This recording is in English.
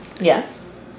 yes